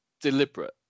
deliberate